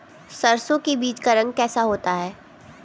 सरसों के बीज का रंग कैसा होता है?